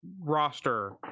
roster